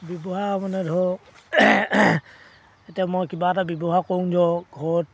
ব্যৱহাৰ মানে ধৰক এতিয়া মই কিবা এটা ব্যৱহাৰ কৰোঁ ঘৰত